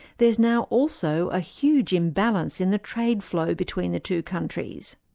there's now also a huge imbalance in the trade flow between the two countries.